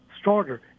starter